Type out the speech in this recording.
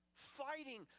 fighting